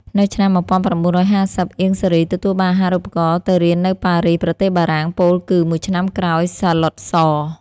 នៅឆ្នាំ១៩៥០ អៀង សារី ទទួលបានអាហារូបករណ៍ទៅរៀននៅប៉ារីស ប្រទេសបារាំង ពោលគឺ មួយឆ្នាំក្រោយសាឡុត ស។